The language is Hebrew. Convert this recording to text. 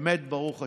באמת ברוך השם.